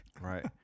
Right